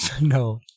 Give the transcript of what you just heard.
No